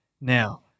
now